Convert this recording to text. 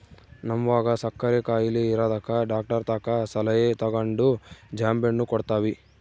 ನಮ್ವಗ ಸಕ್ಕರೆ ಖಾಯಿಲೆ ಇರದಕ ಡಾಕ್ಟರತಕ ಸಲಹೆ ತಗಂಡು ಜಾಂಬೆಣ್ಣು ಕೊಡ್ತವಿ